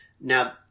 now